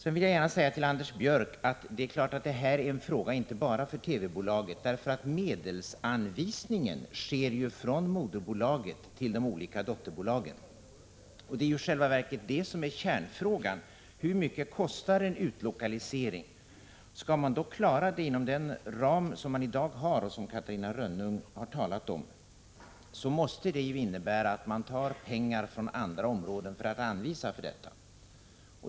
Till Anders Björck vill jag gärna säga att det är klart att detta är en fråga inte bara för TV-bolaget. Medelsanvisningen sker ju från moderbolaget till de olika dotterbolagen. Och kärnfrågan är i själva verket: Hur mycket kostar en utlokalisering? Skall man klara denna utlokalisering inom den ram som man i dag har och som Catarina Rönnung har talat om, så måste det innebära att man tar pengar från andra områden för att anvisa för detta ändamål.